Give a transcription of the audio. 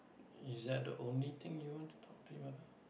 is that the only thing you want to talk to him about